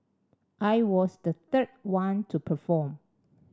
I was the third one to perform